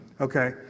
Okay